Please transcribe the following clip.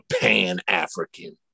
Pan-African